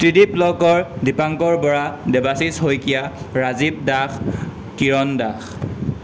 Tridip Lahkar Dipankar Bora Debashish Saikia Rajib Das Kiran Das